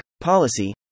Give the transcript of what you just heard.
policy